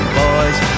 boys